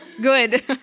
Good